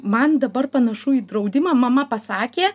man dabar panašu į draudimą mama pasakė